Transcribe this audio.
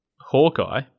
Hawkeye